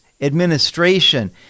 administration